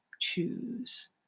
choose